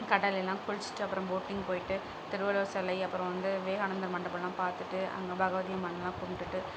கடல்லெலாம் குளித்துட்டு அப்றம் போட்டிங் போயிட்டு திருவள்ளுவர் சிலை அப்றம் வந்து விவேகானந்தர் மண்டபலாம் பார்த்துட்டு அங்கே பகவதி அம்மன்லாம் கும்பிட்டுட்டு